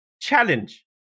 challenge